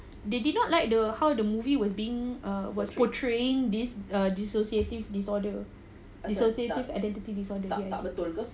they did not like the how the movie was being uh portraying this uh dissociative disorder dissociative identity disorder